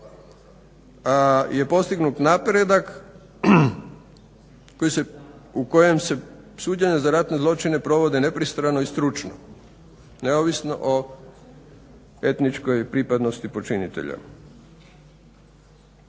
je postignut napredak u kojem se suđenja za ratne zločine provode nepristrano i stručno, neovisno o etničkoj pripadnosti počinitelja.